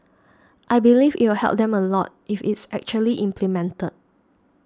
I believe it will help them a lot if it's actually implemented